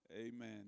Amen